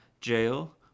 jail